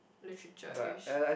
literature-ish